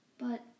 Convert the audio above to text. but